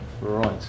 Right